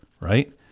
right